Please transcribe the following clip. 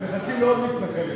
אנחנו מחכים לעוד מתנחלת.